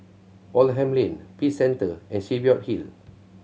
Oldham Lane Peace Centre and Cheviot Hill